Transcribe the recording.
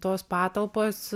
tos patalpos